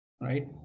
Right